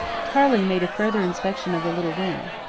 tarling made a further inspection of the little wing.